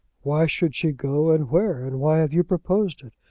why should she go, and where and why have you proposed it?